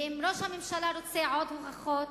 ואם ראש הממשלה רוצה עוד הוכחות,